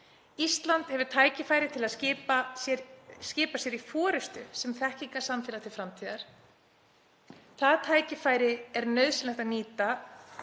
Ísland hefur tækifæri til að skipa sér í forystu sem þekkingarsamfélag til framtíðar. Það tækifæri er nauðsynlegt að nýta